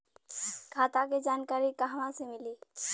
खाता के जानकारी कहवा से मिली?